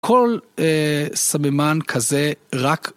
כל סממן כזה, רק...